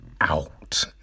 out